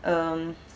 um